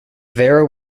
vera